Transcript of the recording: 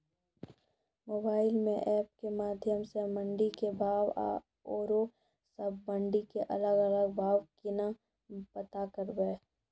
Mobile म app के माध्यम सऽ मंडी के भाव औरो सब मंडी के अलग अलग भाव केना पता करबै?